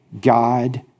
God